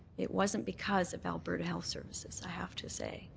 it wasn't because of alberta health services, i have to say,